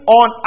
on